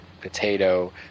potato